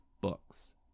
books